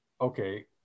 okay